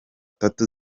tatu